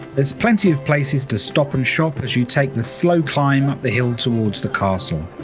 there's plenty of places to stop and shop as you take the slow climb up the hill towards the castle.